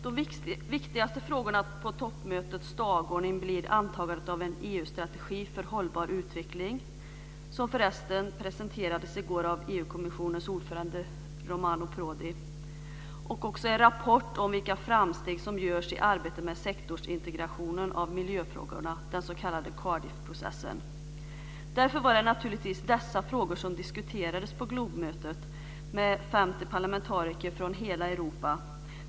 De viktigaste frågorna på toppmötets dagordning blir antagandet av en EU-strategi för hållbar utveckling, som för övrigt presenterades i går av EU kommissionens ordförande Romano Prodi, liksom en rapport om vilka framsteg som görs i arbetet med sektorsintegrationen av miljöfrågorna, den s.k. Cardiffprocessen. Därför var det naturligtvis dessa frågor som diskuterades på Globemötet med 50 parlamentariker från hela Europa.